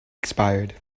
expired